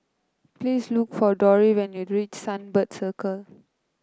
please look for Dori when you reach Sunbird Circle